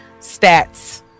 stats